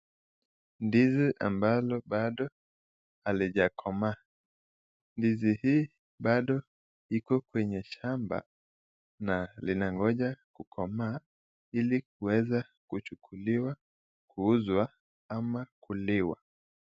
Ndizi ambalo bado halijakomaa. Ndizi hii bado iko kwenye shamba na linangoja kukomaa ili kuweza kuchukuliwa kuuzwa ama kuliwa